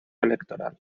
electoral